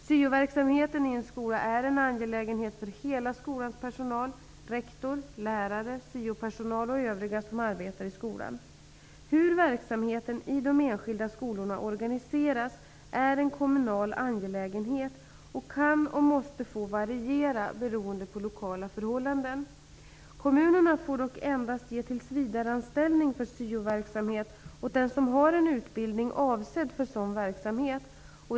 Syoverksamheten i en skola är en angelägenhet för hela skolans personal, rektor, lärare, syopersonal och övriga som arbetar i skolan. Hur verksamheten i de enskilda skolorna organiseras är en kommunal angelägenhet och kan och måste få variera beroende på lokala förhållanden. Kommunerna får dock endast ge tillsvidareanställning för syoverksamhet åt den som har en utbildning avsedd för sådan verksamhet.